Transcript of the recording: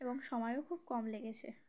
এবং সময়ও খুব কম লেগেছে